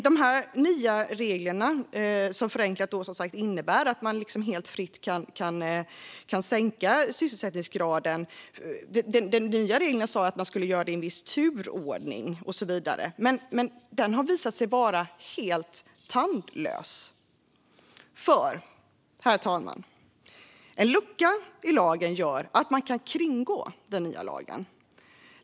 De nya reglerna, som förenklat innebär att fritt sänka sysselsättningsgraden, skulle alltså användas i en viss turordning, men de har visat sig vara helt tandlösa. Det är nämligen så, herr talman, att en lucka i lagen gör att man kan kringgå den nya lagen.